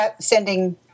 sending